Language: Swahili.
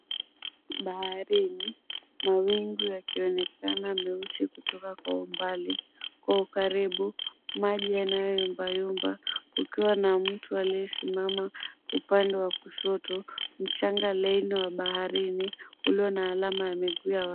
Baharini. Mawingu yakionekana meusi kutoka kwa umbali, kwa ukaribu maji yanayoyumbayumba kukiwa na mtu anayesimama kwenye upande wa kushoto, mchanga laini wa baharini ulio na alama ya miguu ya watu.